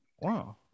wow